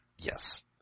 Yes